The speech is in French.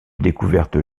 découverte